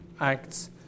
Acts